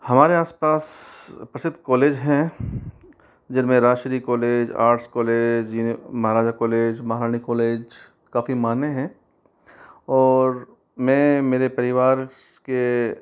हमारे आस पास प्रसिद्ध कॉलेज हैं जिनमें राष्ट्रीय college arts college Maharaja college Maharani college काफ़ी मान्य है और मैं मेरे परिवार के